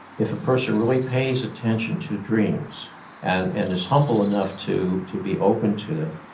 if a person really pays attention to dreams and and is humble enough to to be open to them,